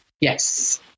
Yes